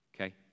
Okay